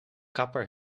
kapper